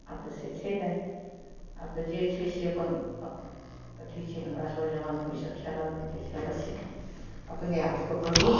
आब तऽ से छै नहि आब तऽ जे छै से अपन अपन अथी छै हमरासभके जमानामे ईसब छलै नहि जे छलै से अपने आपके करू